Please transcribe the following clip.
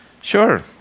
sure